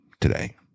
today